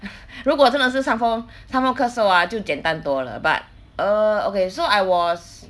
如果真的是伤风伤风咳嗽 ah 就简单多了 but err okay so I was